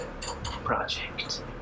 project